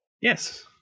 Yes